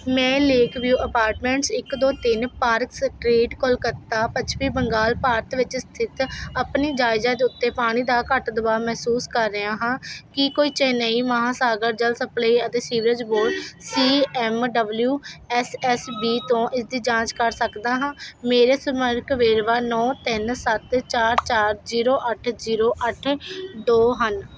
ਮੈਂ Lakeview apartments ਇੱਕ ਦੋ ਤਿੰਨ ਪਾਰਕ ਸਟਰੀਟ ਕੋਲਕਾਤਾ ਪੱਛਮੀ ਬੰਗਾਲ ਭਾਰਤ ਵਿੱਚ ਸਥਿਤ ਆਪਣੀ ਜਾਇਜਾਦ ਉੱਤੇ ਪਾਣੀ ਦਾ ਘੱਟ ਦਬਾਅ ਮਹਿਸੂਸ ਕਰ ਰਿਹਾ ਹਾਂ ਕੀ ਕੋਈ ਚੇਨੱਈ ਮਹਾਂਸਾਗਰ ਜਲ ਸਪਲਾਈ ਅਤੇ sewerage board C M W S S B ਤੋਂ ਇਸ ਦੀ ਜਾਂਚ ਕਰ ਸਕਦਾ ਹਾਂ ਮੇਰੇ ਸੰਪਰਕ ਵੇਰਵਾ ਨੌਂ ਤਿੰਨ ਸੱਤ ਚਾਰ ਚਾਰ ਜੀਰੋ ਅੱਠ ਜੀਰੋ ਅੱਠ ਦੋ ਹਨ